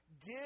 Give